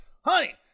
honey